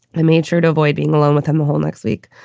i made sure to avoid being alone with him the whole next week.